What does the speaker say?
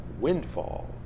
windfall